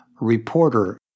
reporter